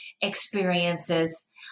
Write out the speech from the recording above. experiences